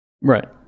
Right